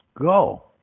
go